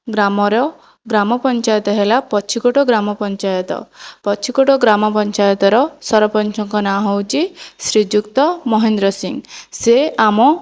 ଗ୍ରାମର ଗ୍ରାମପଞ୍ଚାୟତ ହେଲା ପଛିକୋଟ ଗ୍ରାମପଞ୍ଚାୟତ ପଛିକୋଟ ଗ୍ରାମପଞ୍ଚାୟତର ସରପଞ୍ଚଙ୍କ ନାଁ ହେଉଛି ଶ୍ରୀଯୁକ୍ତ ମହେନ୍ଦ୍ର ସିଂହ ସେ ଆମ